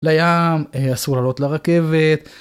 לים, אסור לעלות לרכבת.